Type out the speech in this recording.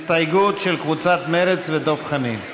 הסתייגות של קבוצת סיעת מרצ ודב חנין.